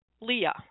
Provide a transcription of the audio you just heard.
Leah